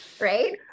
Right